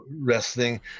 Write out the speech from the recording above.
wrestling